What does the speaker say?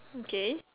okay